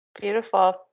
Beautiful